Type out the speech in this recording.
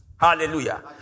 Hallelujah